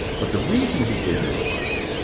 but the reason he did this was,